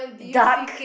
dark